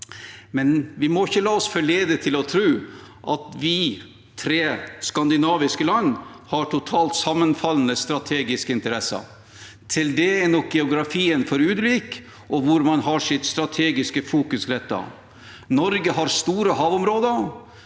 men vi må ikke la oss forlede til å tro at vi, tre skandinaviske land, har totalt sammenfallende strategiske interesser. Til det er nok geografien og hvor man har sitt strategiske fokus rettet, for ulike. Norge har store havområder,